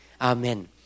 Amen